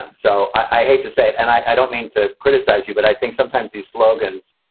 um so i hate to say it and i don't mean to criticize you, but i think sometimes these slogans,